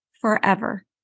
forever